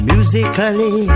Musically